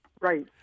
Right